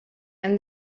and